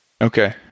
Okay